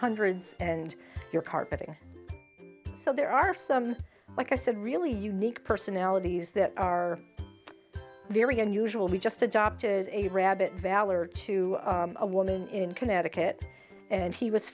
hundreds and your carpeting so there are some like i said really unique personalities that are very unusual we just adopted a rabbit valor to a woman in connecticut and he was